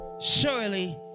surely